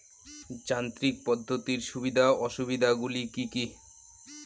যান্ত্রিক পদ্ধতির সুবিধা ও অসুবিধা গুলি কি কি?